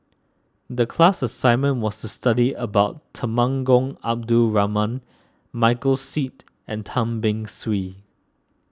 the class assignment was to study about Temenggong Abdul Rahman Michael Seet and Tan Beng Swee